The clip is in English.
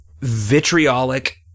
vitriolic